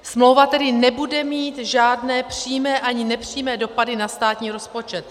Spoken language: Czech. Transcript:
Smlouva tedy nebude mít žádné přímé ani nepřímé dopady na státní rozpočet.